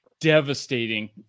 devastating